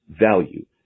value